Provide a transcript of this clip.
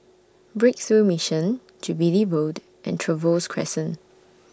Breakthrough Mission Jubilee Road and Trevose Crescent